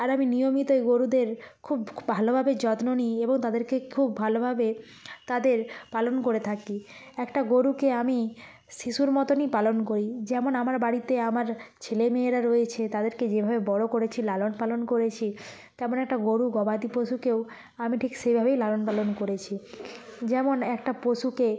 আর আমি নিয়মিত ওই গরুদের খুব ভালোভাবে যত্ন নিই এবং তাদেরকে খুব ভালোভাবে তাদের পালন করে থাকি একটা গরুকে আমি শিশুর মতনই পালন করি যেমন আমার বাড়িতে আমার ছেলেমেয়েরা রয়েছে তাদেরকে যেভাবে বড় করেছি লালনপালন করেছি তেমন একটা গরু গবাদি পশুকেও আমি ঠিক সেইভাবেই লালন পালন করেছি যেমন একটা পশুকে